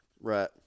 Right